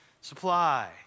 supply